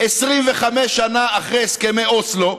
25 שנה אחרי הסכמי אוסלו,